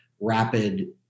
rapid